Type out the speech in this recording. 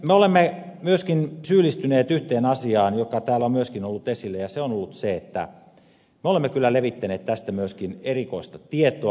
me olemme myöskin syyllistyneet yhteen asiaan joka täällä on ollut esillä ja se on ollut se että me olemme kyllä levittäneet tästä myöskin erikoista tietoa